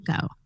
go